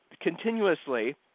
continuously